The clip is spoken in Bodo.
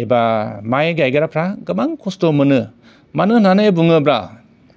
एबा माइ गायग्राफ्रा गोबां खस्थ' मोनो मानो होननानै बुङोब्ला